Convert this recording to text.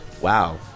wow